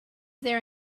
there